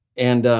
and